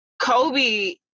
Kobe